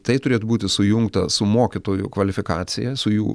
tai turėtų būti sujungta su mokytojų kvalifikacija su jų